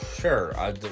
sure